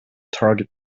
target